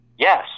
Yes